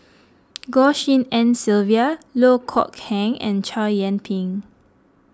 Goh Tshin En Sylvia Loh Kok Heng and Chow Yian Ping